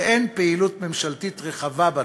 ואין פעילות ממשלתית רחבה בנושא.